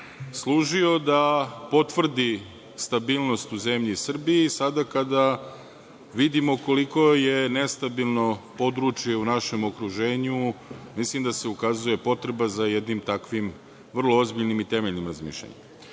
služio da potvrdi stabilnost u zemlji Srbiji, sada kada vidimo koliko je nestabilno područje u našem okruženju, mislim da se ukazuje potreba za jednim takvim vrlo ozbiljnim i temeljnim razmišljanjem. Unutrašnje